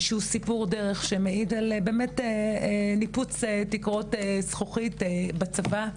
שהוא סיפור דרך שמעיד על ניפוץ תקרות זכוכית בצבא.